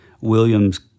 Williams